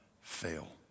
fail